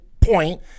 point